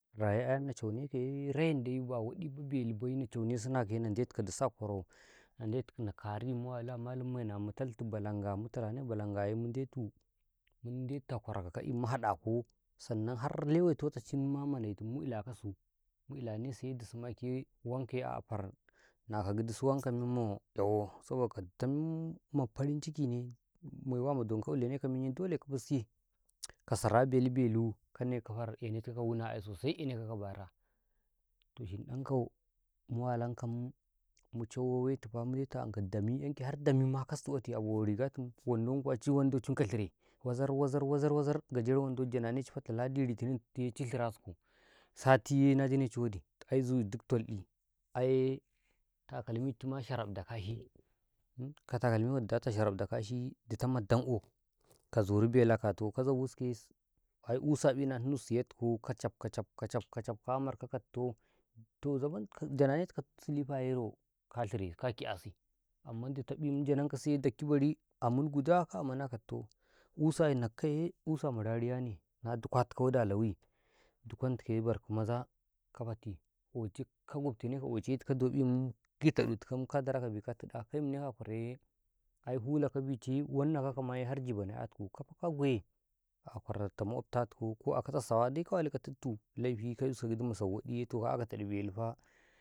﻿rayi a'yam na cawkaw menno rayi dai wadi bai belu bai inna cawne suna kaye na ndetu ka dusus a kwara na ndetu na kari mu wali a malam maina mu taltu balanga mu tallane balangaye mu ndetu mu ndetu a kwaro ka ka'i mu hadakaw sannan har leye totachimma manetum mu ilakasu mu ilanesuya dusu make wankaye afar nako gidi su ditoh memma kyawo saboka ditoh memma mafe ma ako maiwa ma donko ilenakaw menyi dole ka biski ka sara belu-belu ka neko har enetikaw wune ai sosai enetikawka bara toh shinɗankaw mu walankam mu cawewewtufe mu ndetu ankaw dami 'yanka har dami ma kartu kwate aboh taguwatin wando kuwa dichin wandochi ka shire wazar-wazar gajeran wandochi janenechi fatta ladi, litininye chishirasikaw satiye na janechi wadi ai zuyi dik don'i ayi takalmichima sharab da kashi ka takalmi wadi data sharab da kashi ditoh ma dan'o ka zori belu a katau ka zabu sukawye ai usai'i na tunuta siyotikaw kacab-kacab-kacab ka marko ka ditoh toh zaban tikawsi janekaw silifaye raw ka shiresi ka kikyasi amma ditoh guda ka amuna ka ditoh usa nakkaye usama rariyane na duka tikaw wadi a layi dukwankaye barko maza ka fati oci ka gunteneko aci tikoye doƃim gii taɗun tikaw ka daraka biman ka tiɗa ka yinneko a kwaraye ai huo ka bice wannakakaye ma har jibo na kyatikaw kafa ka guye a kwaro ma makota tuku ko akawtau sawa dai ka wali ka tittu laifi gidi ka isikaw masaw wadiye tohka akawta tab belu fa.